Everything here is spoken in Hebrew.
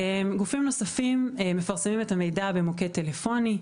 גופים נוספים מפרסמים את המידע במוקד טלפוני.